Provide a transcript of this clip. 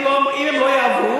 אם הם לא יעברו,